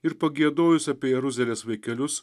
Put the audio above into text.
ir pagiedojus apie jeruzalės vaikelius